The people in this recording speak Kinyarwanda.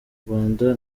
rwanda